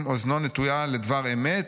אם אוזנו נטויה לדבר אמת'